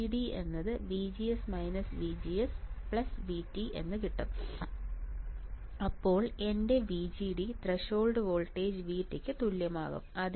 VGD VGS VGS VT അപ്പോൾ എൻറെ VGD threshold voltage VT ക്ക് തുല്യമാകും